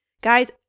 Guys